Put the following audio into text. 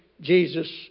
Jesus